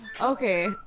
Okay